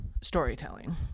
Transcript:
storytelling